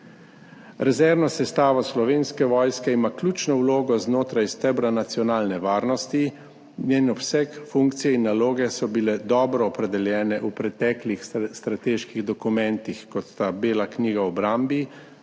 Rezervna sestava Slovenske vojske ima ključno vlogo znotraj stebra nacionalne varnosti. Njen obseg, funkcije in naloge so bili dobro opredeljeni v preteklih strateških dokumentih, kot sta Bela knjiga o obrambi